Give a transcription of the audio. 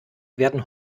werden